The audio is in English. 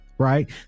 right